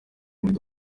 muri